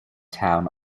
town